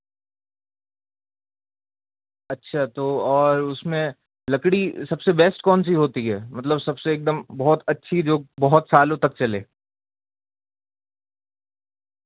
اچھا تو اور اس میں لکڑی سب سے بیسٹ کون سی ہوتی ہے مطلب سب سے ایک دم بہت اچھی جو بہت سالوں تک چلے